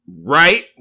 Right